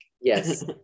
yes